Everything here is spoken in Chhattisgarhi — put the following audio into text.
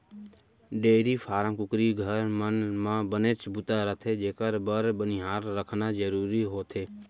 डेयरी फारम, कुकरी घर, मन म बनेच बूता रथे जेकर बर बनिहार रखना जरूरी होथे